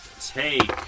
take